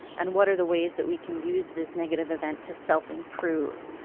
and what are the ways that we can use this negative event to self-improve?